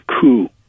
coup